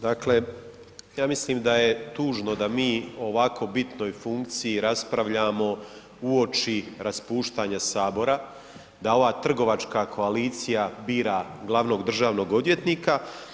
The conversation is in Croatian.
Dakle, ja mislim da je tužno da mi o ovako bitnoj funkciji raspravljamo uoči raspuštanja Sabora, da ova trgovačka koalicija bira glavnog državnog odvjetnika.